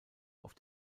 auf